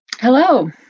Hello